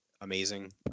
amazing